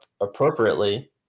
appropriately